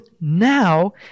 now